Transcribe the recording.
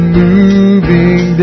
moving